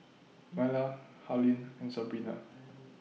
Myla Harlene and Sabrina